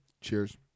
Cheers